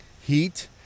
heat